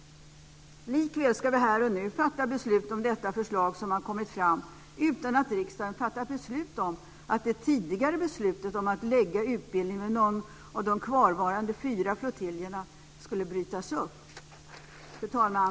Likväl ska vi här och nu fatta beslut om detta förslag som har kommit fram utan att riksdagen har fattat beslut om att det tidigare beslutet om att lägga utbildningen vid någon av de kvarvarande fyra flottiljerna skulle brytas upp. Fru talman!